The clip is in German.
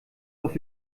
auf